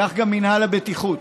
כך גם מינהל הבטיחות.